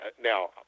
Now